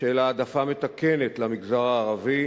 של העדפה מתקנת למגזר הערבי